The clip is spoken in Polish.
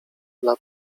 dla